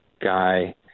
guy